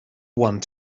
one